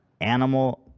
animal